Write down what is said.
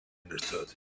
understood